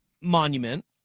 Monument